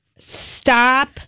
Stop